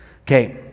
Okay